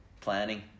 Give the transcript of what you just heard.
planning